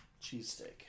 cheesesteak